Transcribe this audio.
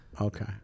Okay